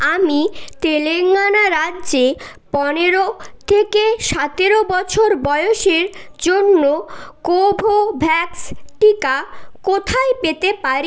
আমি তেলেঙ্গানা রাজ্যে পনেরো থেকে সাতেরো বছর বয়সের জন্য কোভোভ্যাক্স টিকা কোথায় পেতে পারি